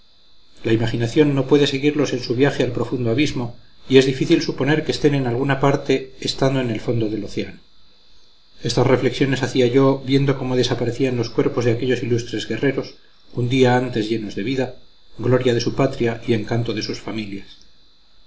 la imaginación no puede seguirlos en su viaje al profundo abismo y es difícil suponer que estén en alguna parte estando en el fondo del océano estas reflexiones hacía yo viendo cómo desaparecían los cuerpos de aquellos ilustres guerreros un día antes llenos de vida gloria de su patria y encanto de sus familias